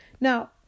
Now